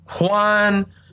Juan